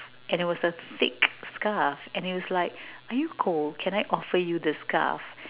and it was a thick scarf and he was like are you cold can I offer you this scarf